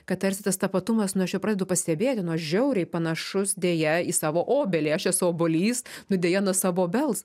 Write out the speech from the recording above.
kad tarsi tas tapatumas nu aš jau pradedu pastebėti nu aš žiauriai panašus deja į savo obelį aš esu obuolys nu deja nuo savo obels